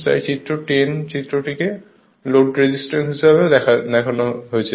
তাই 11 চিত্রে এটিকে লোড রেজিস্ট্যান্স হিসাবেও চিহ্নিত করা হয়েছে